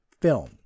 film